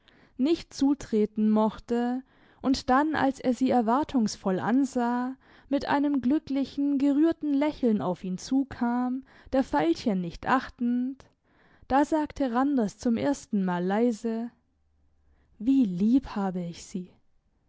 nicht zutreten mochte und dann als er sie erwartungsvoll ansah mit einem glücklichen gerührten lächeln auf ihn zukam der veilchen nicht achtend da sagte randers zum erstenmal leise wie lieb habe ich sie